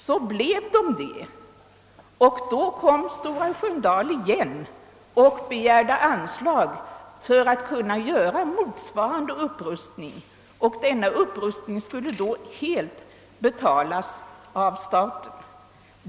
Sedan blev de det, och då begärde Stora Sköndalsinstitutet också anslag för att kunna göra motsvarande upprustning. Denna upprustning skulle helt betalas av staten.